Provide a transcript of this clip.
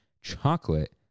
chocolate